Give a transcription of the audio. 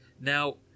Now